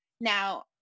now